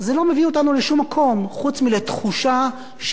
חוץ מלתחושה שאין פה מספיק חופש.